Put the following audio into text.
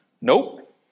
Nope